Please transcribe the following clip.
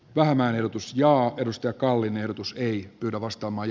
vähemmän erotus ja edustaa kallinen otus ei pyydä vasta maj